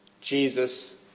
Jesus